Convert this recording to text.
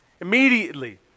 Immediately